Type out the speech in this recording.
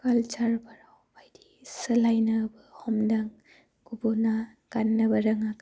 काल्सारफोराव बायदि सोलायनो हमदों गुबुना गाननोबो रोङाखै